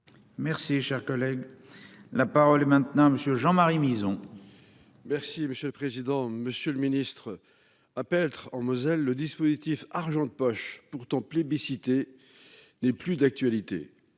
Merci cher collègue. La parole est maintenant monsieur Jean Marie maison. Merci monsieur le président, Monsieur le Ministre à Petr en Moselle, le dispositif argent de poche, pourtant plébiscité. N'est plus d'actualité.